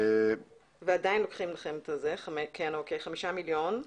ועדיין לוקחים לכם חמישה מיליון.